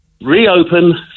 reopen